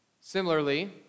Similarly